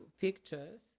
pictures